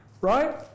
right